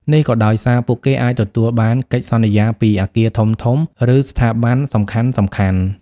នេះក៏ដោយសារពួកគេអាចទទួលបានកិច្ចសន្យាពីអគារធំៗ ឬស្ថាប័នសំខាន់ៗ។